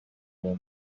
uwo